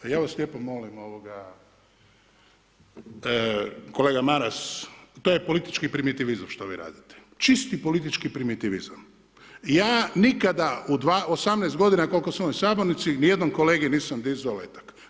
Ja vas lijepo molim kolega Maras to je politički primitivizam što vi radite, čisti politički primitivizam i ja nikada u 18 godina koliko sam u ovoj sabornici niti jednom kolegi nisam dizao letak.